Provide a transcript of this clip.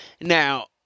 Now